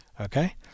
Okay